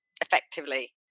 effectively